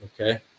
Okay